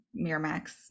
miramax